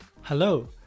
Hello